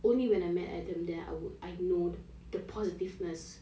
only when I met adam there I would I know the positiveness